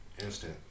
Instant